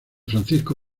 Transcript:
francisco